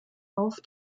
auf